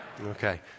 Okay